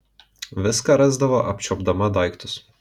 viską rasdavo apčiuopdama daiktus